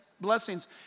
Blessings